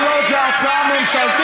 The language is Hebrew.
כל עוד זו הצעה ממשלתית,